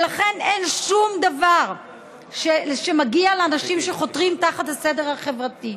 אין שום דבר שמגיע לאנשים שחותרים תחת הסדר החברתי.